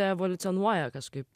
evoliucionuoja kažkaip